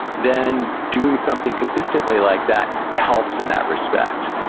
then, doing something consistently like that, helps in that respect.